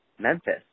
Memphis